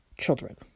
children